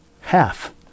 half